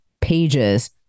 pages